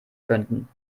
könnten